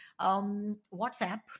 WhatsApp